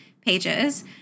pages